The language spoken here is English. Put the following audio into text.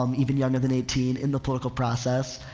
um even younger than eighteen, in the political process.